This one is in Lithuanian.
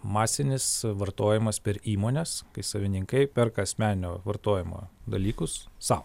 masinis vartojimas per įmones kai savininkai perka asmeninio vartojimo dalykus sau